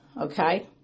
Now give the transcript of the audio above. okay